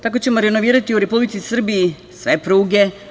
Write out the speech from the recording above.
Tako ćemo renovirati u Republici Srbiji sve pruge.